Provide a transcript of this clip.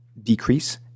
decrease